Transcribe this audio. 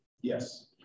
Yes